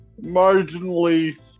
marginally